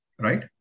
Right